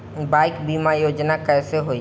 Bike बीमा योजना कैसे होई?